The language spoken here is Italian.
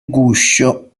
guscio